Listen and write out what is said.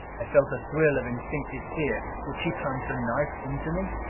i felt a thrill of instinctive fear would she plunge that knife into me?